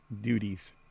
duties